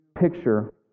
picture